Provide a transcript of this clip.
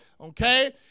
Okay